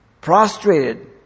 prostrated